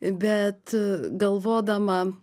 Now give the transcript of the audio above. bet galvodama